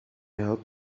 help